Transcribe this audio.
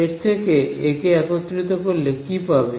এর সাথে একে একত্রিত করলে কি পাবে